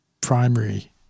primary